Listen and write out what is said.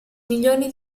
milioni